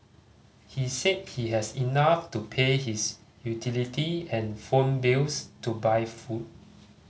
he said he has enough to pay his utility and phone bills to buy food